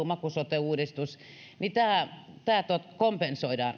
maku sote uudistus tapahtuu kompensoidaan